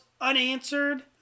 unanswered